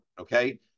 okay